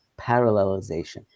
parallelization